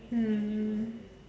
mm mm